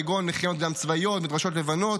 כגון מכינות קדם צבאיות ומדרשות לבנות.